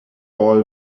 ball